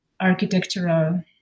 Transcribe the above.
architectural